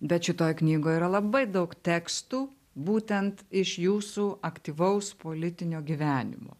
bet šitoj knygoje yra labai daug tekstų būtent iš jūsų aktyvaus politinio gyvenimo